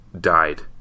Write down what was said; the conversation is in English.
died